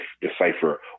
decipher